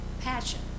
passion